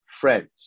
friends